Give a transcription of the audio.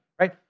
right